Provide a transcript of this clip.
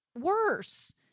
worse